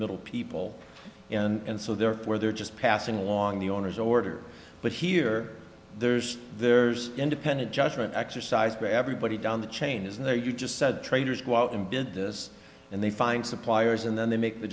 middle people and so therefore they're just passing along the owner's orders but here there's there's independent judgment exercised by everybody down the chain is there you just said traders go out and did this and they find suppliers and then they make the